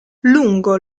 lungo